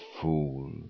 fool